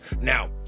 Now